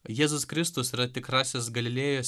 jėzus kristus yra tikrasis galilėjos